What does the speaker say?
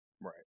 Right